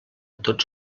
tots